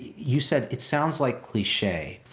you said it sounds like cliche.